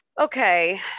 okay